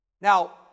Now